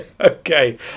okay